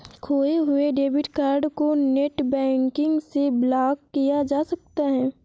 खोये हुए debit card को नेटबैंकिंग से ब्लॉक किया जा सकता है